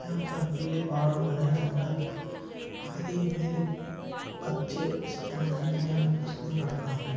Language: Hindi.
या बर्फीले पहाड़ घने जंगल आदि मेरे अच्छे स्थान हैं जिन्हें मैं पसंद करता हूँ